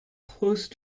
close